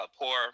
poor